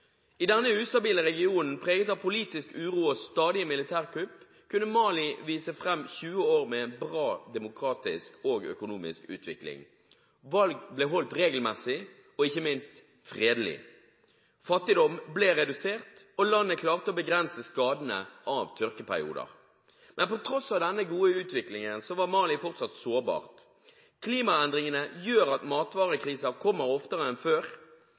I denne ustabile regionen, preget av politisk uro og stadige militærkupp, kunne Mali vise fram 20 år med en bra demokratisk og økonomisk utvikling. Valg ble holdt regelmessig og – ikke minst – fredelig. Fattigdommen ble redusert, og landet klarte å begrense skadene av tørkeperioder. Men på tross av denne gode utviklingen var Mali fortsatt sårbart. Klimaendringene gjør at matvarekriser kommer oftere enn før.